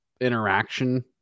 interaction